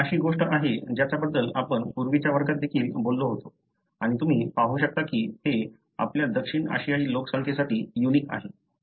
ही अशी गोष्ट आहे ज्याच्या बद्दल आपण पूर्वीच्या वर्गात देखील बोललो होतो आणि तुम्ही पाहू शकता की ते आपल्या दक्षिण आशियाई लोकसंख्येसाठी युनिक आहे